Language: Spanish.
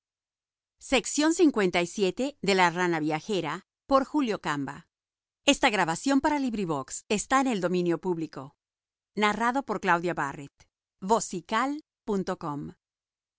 en el país de los